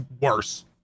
worse